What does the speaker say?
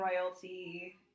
royalty